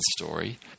story